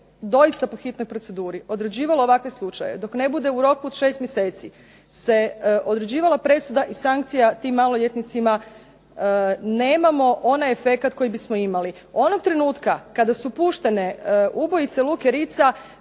doista po hitnoj proceduri odrađivalo ovakve slučajeve, dok ne bude u roku od šest mjeseci se određivala presuda i sankcija tim maloljetnicima nemamo onaj efekt koji bismo imali. Onog trenutka kada su puštene ubojice Luke Ritza